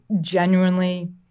genuinely